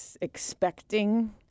expecting